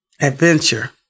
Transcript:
adventure